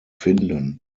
finden